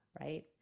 right